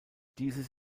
dieses